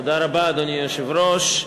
אדוני היושב-ראש,